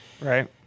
Right